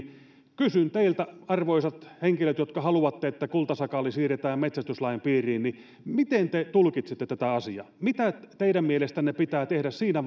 kysyn teiltä arvoisat henkilöt jotka haluatte että kultasakaali siirretään metsästyslain piiriin miten te tulkitsette tätä asiaa mitä teidän mielestänne pitää tehdä siinä